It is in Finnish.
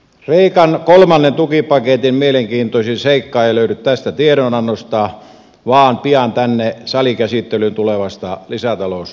kreikan kolmannen tukipaketin mielenkiintoisin seikka ei löydy tästä tiedonannosta vaan pian tänne salikäsittelyyn tulevasta lisätalousarviosta